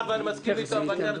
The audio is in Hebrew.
בדיוק.